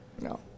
No